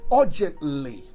urgently